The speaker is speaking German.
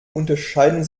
unterscheiden